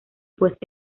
pues